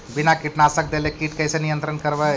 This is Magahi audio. बिना कीटनाशक देले किट कैसे नियंत्रन करबै?